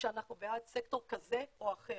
שאנחנו בעד סקטור כזה או אחר,